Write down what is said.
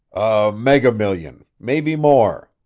megamillion maybe more.